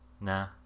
Nah